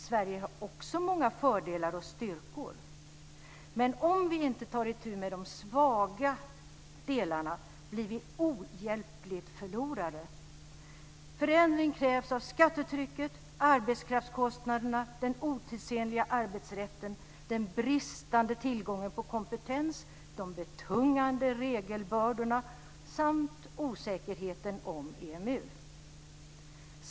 Sverige har också många fördelar och styrkor, men om vi inte tar itu med de svaga delarna blir vi ohjälpligt förlorare. Förändring krävs av skattetrycket, arbetskraftskostnaderna, den otidsenliga arbetsrätten, den bristande tillgången till kompetens, de betungande regelbördorna samt osäkerheten om EMU.